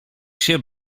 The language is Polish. się